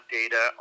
data